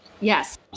yes